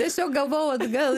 tiesiog gavau atgal